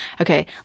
Okay